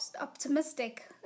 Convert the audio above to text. optimistic